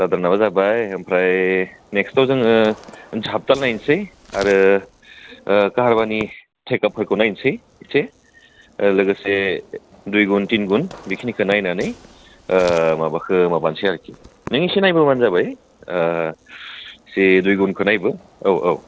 दाद्रानाबो जाबाय ओमफ्राय नेक्सटाव जोङो साबदाल नायनोसै आरो खाहारुबानि थेखाफोरखौ नायनोसै एसे लोगोसे दुइ गुन थिन गुन बेखिनिखौ नायनानै माबाखौ माबानोसै आरोखि नों एसे नायबोबानो जाबाय से दुइ गुनखौ नायबो औ औ